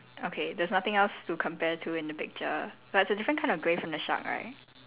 okay there's nothing else to compare to in the picture but it's a different kind of grey from the shark right